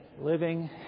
Living